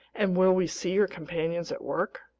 and will we see your companions at work?